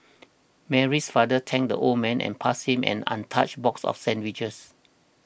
Mary's father thanked the old man and passed him an untouched box of sandwiches